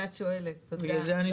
וגם